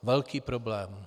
Velký problém.